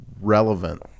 relevant